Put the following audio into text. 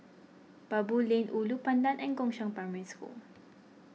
Baboo Lane Ulu Pandan and Gongshang Primary School